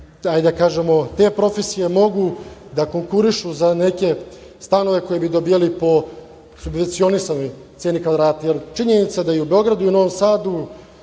i da kažemo te profesije mogu da konkurišu za neke stanove koje bi dobijali po subvencionisanoj ceni kvadrata. Činjenica je da i u Beogradu i Novom Sadu